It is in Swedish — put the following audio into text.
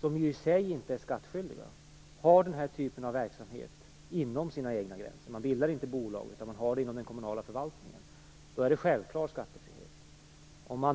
som ju i sig inte är skattskyldiga, har den här typen av verksamhet inom sina egna gränser, man bildar inte bolag utan man bedriver verksamheten inom ramen för den kommunala förvaltningen, är det självklart skattefrihet som gäller.